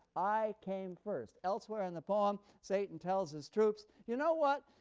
i came first. elsewhere in the poem satan tells his troops, you know what.